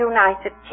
United